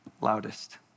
loudest